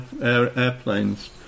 airplanes